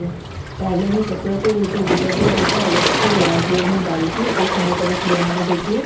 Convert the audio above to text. पहले मैं कपड़ों को वह जो डिटर्जेंट होता है उसके घोल में डालती हूँ कुछ समय तक उसमें रहने देती हूँ